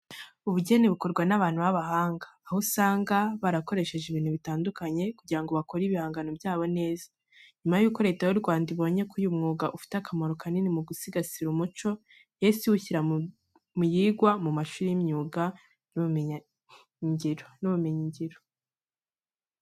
Ubugeni bukorwa n'abantu b'abahanga, aho usanga barakoresheje ibintu bitandukanye kugira ngo bakore ibihangano byabo neza. Nyuma yuko Leta y'u Rwanda ibonye ko uyu mwuga ufite akamaro kanini mu gusigasira umuco, yahise iwushyira muyigwa mu mashuri y'imyuga n'ubumenyingiro.